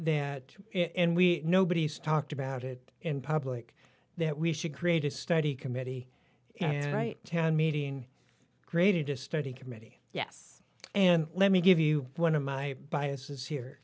that and we nobody's talked about it in public that we should create a study committee and write town meeting graded to study committee yes and let me give you one of my biases here